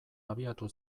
abiatu